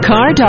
Car